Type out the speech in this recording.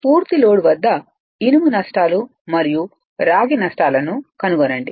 పూర్తి లోడ్ వద్ద ఇనుము నష్టాలు మరియు రాగి నష్టాలను కనుగొనండి